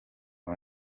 aba